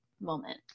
moment